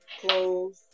clothes